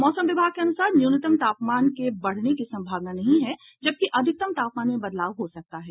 मौसम विभाग के अनुसार न्यूनतम तापमान के बढ़ने की सम्भावना नहीं है जबकि अधिकतम तापमान में बदलाव हो सकता है